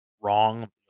wrong